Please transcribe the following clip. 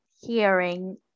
hearing